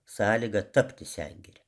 sąlygą tapti sengire